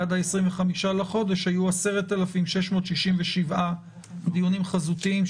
עד ה-25 בחודש היו 10,667 דיונים חזותיים,